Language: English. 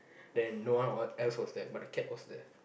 then no one else was there but the cat was there